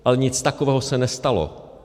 Ale nic takového se nestalo.